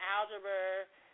Algebra